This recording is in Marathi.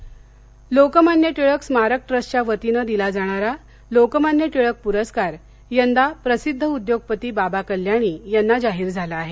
टिळक प्रस्कार लोकमान्य टिळक स्मारक ट्रस्टच्या वतीनं दिला जाणारा लोकमान्य टिळक पुरस्कार यंदा प्रसिद्ध उद्योगपती बाबा कल्याणी यांना जाहीर झाला आहे